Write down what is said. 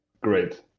great